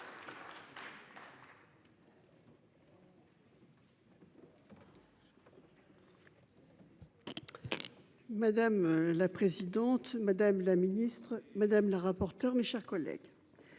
Madame la présidente, madame la Ministre. Madame la rapporteur se ramène, mes chers collègues.